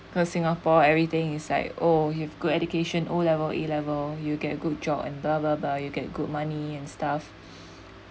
because singapore everything is like oh you have good education O level A level you get a good job and bla bla bla you get good money and stuff